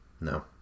No